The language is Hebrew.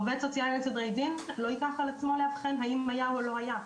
עובד סוציאלי לסדרי דין לא ייקח על עצמו לאבחן האם היה או לא היה.